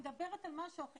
לא, היא מדברת על משהו אחר.